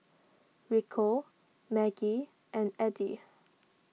Rico Maggie and Addie